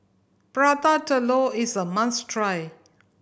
Prata Telur is a must try